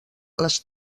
les